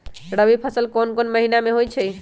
रबी फसल कोंन कोंन महिना में होइ छइ?